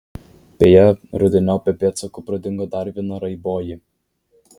beje rudeniop be pėdsakų pradingo dar viena raiboji